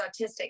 autistic